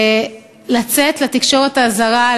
לצאת לתקשורת הזרה,